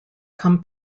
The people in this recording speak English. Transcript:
come